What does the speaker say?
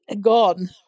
Gone